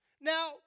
Now